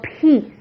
peace